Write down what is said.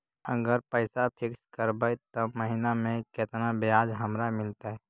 अगर पैसा फिक्स करबै त महिना मे केतना ब्याज हमरा मिलतै?